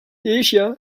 asia